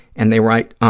and they write,